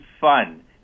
fun